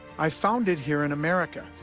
i've founded here in america,